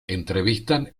entrevistan